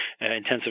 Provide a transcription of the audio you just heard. intensive